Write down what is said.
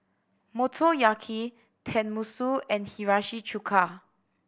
Motoyaki Tenmusu and Hiyashi Chuka